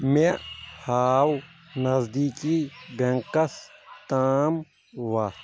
مےٚ ہاو نزدیٖکی بینٚکس تام وَتھ